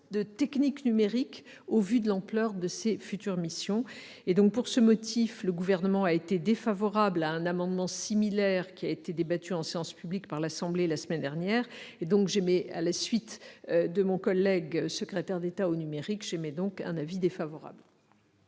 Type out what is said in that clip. aux techniques numériques, au vu de l'ampleur de ses futures missions. Pour ce motif, le Gouvernement a été défavorable à un amendement similaire qui a été débattu en séance publique à l'Assemblée nationale la semaine dernière. J'émets donc, à la suite de mon collègue secrétaire d'État chargé du numérique, un avis défavorable.